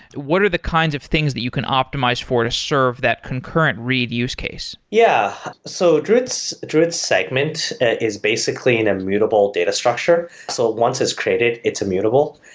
what are the kinds of things that you can optimize for to serve that concurrent read use case? yeah. so druid's druid's segment is basically in a mutable data structure. so once it's created, its immutable.